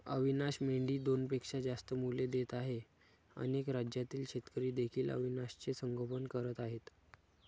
अविशान मेंढी दोनपेक्षा जास्त मुले देत आहे अनेक राज्यातील शेतकरी देखील अविशानचे संगोपन करत आहेत